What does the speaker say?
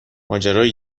ماجرای